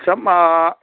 ꯆꯞ ꯑꯥ